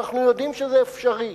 אנחנו יודעים שזה אפשרי.